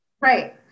right